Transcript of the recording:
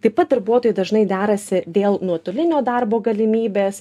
taip pat darbuotojai dažnai derasi dėl nuotolinio darbo galimybės